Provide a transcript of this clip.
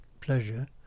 pleasure